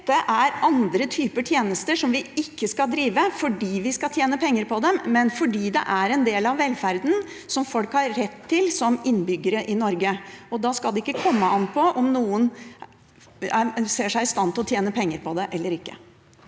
Dette er andre typer tjenester som vi ikke skal drive fordi vi skal tjene penger på dem, men fordi det er en del av velferden som folk har rett til som innbyggere i Norge. Da skal det ikke komme an på om noen ser seg i stand til å tjene penger på det eller ikke.